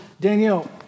Danielle